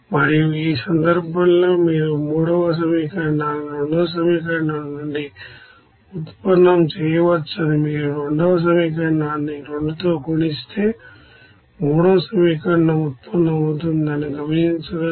మరియు ఈ సందర్భంలో మీరు మూడవ సమీకరణాలను రెండవ సమీకరణం నుండి ఉత్పన్నం చేయవచ్చని మీరు రెండవ సమీకరణాన్ని 2తో గుణిస్తే మూడవ సమీకరణం ఉత్పన్నం అవుతుందని గమనించగలరు